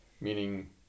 meaning